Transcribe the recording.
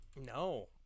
No